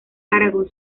aragón